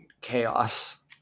chaos